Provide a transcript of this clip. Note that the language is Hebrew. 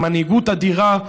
במנהיגות אדירה.